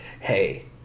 Hey